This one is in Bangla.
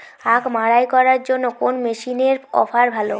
আখ মাড়াই করার জন্য কোন মেশিনের অফার ভালো?